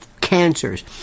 cancers